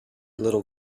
little